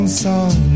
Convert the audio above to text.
song